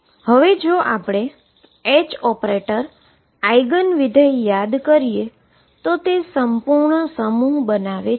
હવે જો આપણે H આઈગન ફંક્શન યાદ કરીએ તો તે સંપૂર્ણ સેટ બનાવે છે